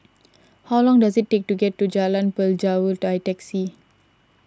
how long does it take to get to Jalan Pelajau by taxi